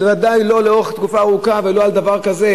ודאי לא לאורך תקופה ארוכה ולא על דבר כזה,